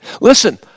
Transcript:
Listen